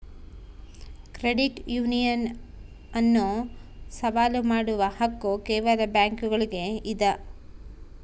credit union ಅನ್ನು ಸವಾಲು ಮಾಡುವ ಹಕ್ಕು ಕೇವಲ ಬ್ಯಾಂಕುಗುಳ್ಗೆ ಇದ